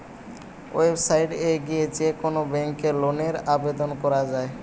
website এ গিয়ে যে কোন ব্যাংকে লোনের আবেদন করা যায়